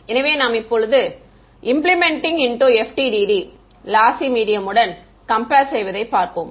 எனவே நாம் இப்பொது இம்ப்ளிமென்ட்டிங் இன்ட்டு FDTDலாசி மீடியம் உடன் கம்பேர் செய்வதை பற்றி பார்ப்போம்